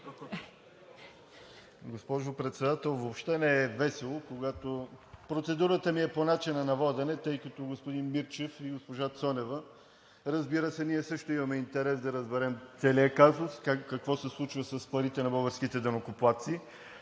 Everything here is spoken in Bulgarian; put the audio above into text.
Госпожо Председател, въобще не е весело, когато... Процедурата ми е по начина на водене, тъй като господин Мирчев и госпожа Цонева, разбира се, ние също имаме интерес да разберем целия казус, какво се случва с парите на българските данъкоплатци,